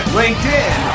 linkedin